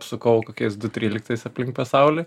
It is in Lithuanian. apsukau kokiais du tryliktais aplink pasaulį